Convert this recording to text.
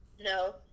No